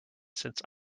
since